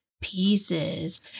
Pieces